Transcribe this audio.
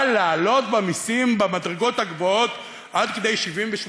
אבל להעלות במסים במדרגות הגבוהות עד כדי 70% ו-80%.